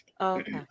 Okay